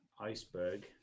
iceberg